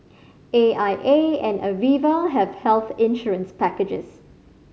A I A and Aviva have health insurance packages